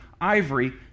ivory